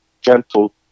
gentle